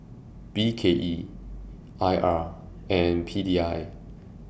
B K E I R and P D I